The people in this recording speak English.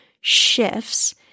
shifts